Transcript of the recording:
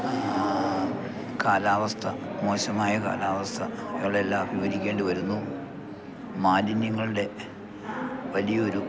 കാലാവസ്ഥ മോശമായ കാലാവസ്ഥ ഞങ്ങളെല്ലാം അഭിമുഖീകരിക്കേണ്ടി വരുന്നു മാലിന്യങ്ങൾടെ വലിയൊരു